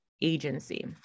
agency